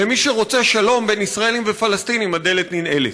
למי שרוצה שלום בין ישראלים לפלסטינים הדלת ננעלת.